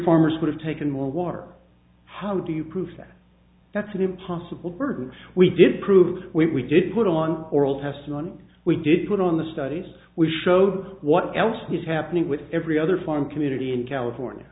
farmers could have taken more water how do you prove that that's an impossible burden we did prove we did good on oral testimony we did put on the studies we showed what else is happening with every other farm community in california